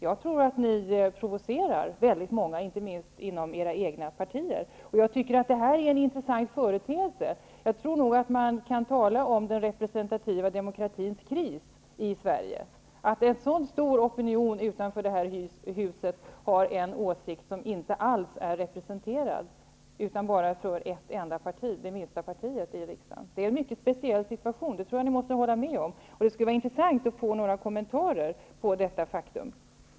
Jag tror att ni provocerar väldigt många, inte minst inom era egna partier. Det är en intressant företeelse. Jag tror nog att man kan tala om den representativa demokratins kris i Sverige. En stor opinion utanför det här huset har en åsikt som inte alls är representerad annat än av ett parti, det minsta partiet i riksdagen. Det är en mycket speciell situation, och det tror jag att ni måste hålla med om. Det skulle vara intressant att få några kommentarer till detta faktum.